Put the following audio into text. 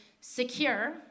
secure